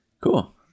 Cool